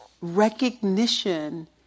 recognition